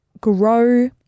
grow